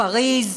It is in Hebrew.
פריז,